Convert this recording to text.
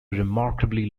remarkably